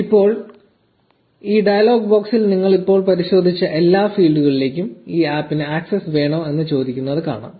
ഇപ്പോൾ ഈ dialog box നിങ്ങൾ ഇപ്പോൾ പരിശോധിച്ച ഈ എല്ലാ ഫീൽഡുകളിലേക്കും ഈ ആപ്പിന് ആക്സസ് വേണോ എന്ന് ചോദിക്കുന്നത് കാണാം